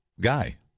guy